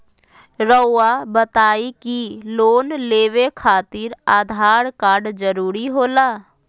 रौआ बताई की लोन लेवे खातिर आधार कार्ड जरूरी होला?